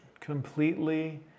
completely